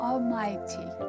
Almighty